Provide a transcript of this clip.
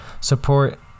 support